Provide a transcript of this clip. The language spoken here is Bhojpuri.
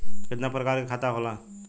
कितना प्रकार के खाता होला?